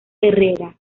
herrera